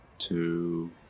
Two